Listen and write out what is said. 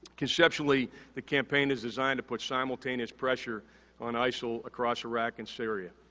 conceptually the campaign is designed to put simultaneous pressure on isil across iraq and syria.